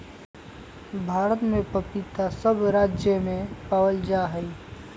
भारत में पपीता सब राज्य में पावल जा हई